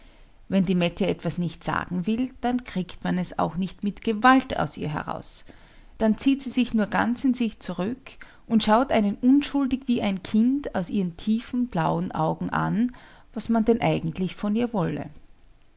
wenn die mette etwas nicht sagen will dann kriegt man es auch nicht mit gewalt aus ihr heraus dann zieht sie sich nur ganz in sich zurück und schaut einen unschuldig wie ein kind aus ihren tiefen blauen augen an was man denn eigentlich von ihr wolle